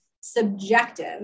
subjective